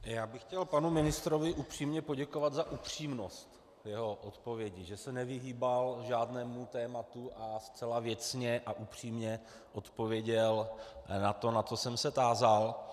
Já bych chtěl panu ministrovi upřímně poděkovat za upřímnost jeho odpovědi, že se nevyhýbal žádnému tématu a zcela věcně a upřímně odpověděl na to, na co jsem se tázal.